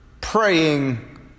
praying